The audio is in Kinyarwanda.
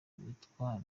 witwa